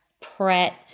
Pret